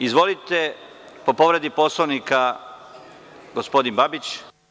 Izvolite po povredi Poslovnika gospodin Babić.